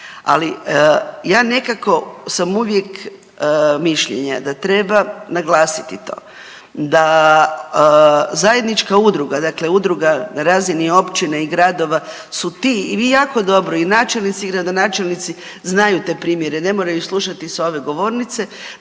Ali ja nekako sam uvijek mišljenja da treba naglasiti to da zajednička udruga, dakle udruga na razini općine i gradova su ti i vi jako dobro i načelnici i gradonačelnici znaju te primjere, ne moraju slušati s ove govornice